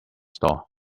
store